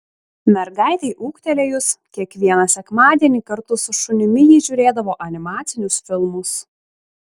mergaitei ūgtelėjus kiekvieną sekmadienį kartu su šunimi ji žiūrėdavo animacinius filmus